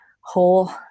whole